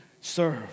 serve